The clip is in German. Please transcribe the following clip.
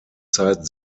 zeit